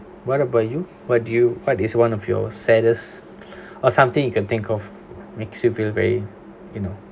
what about you what do you what is one of your saddest or something you can think of makes you feel very you know